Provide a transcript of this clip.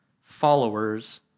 followers